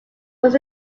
was